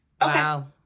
Wow